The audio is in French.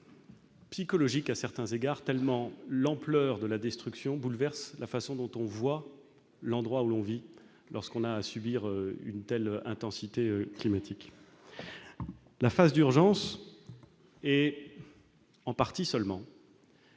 psychologiques à certains égards, tellement l'ampleur de la destruction bouleverse la façon dont on voit l'endroit où l'on vit lorsque l'on a à subir un épisode climatique d'une telle intensité. La phase d'urgence, en partie seulement,